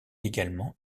également